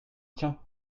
tient